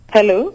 Hello